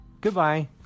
Goodbye